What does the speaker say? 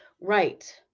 Right